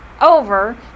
over